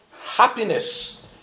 happiness